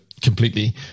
completely